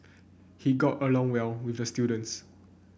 he got along well with the students